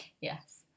Yes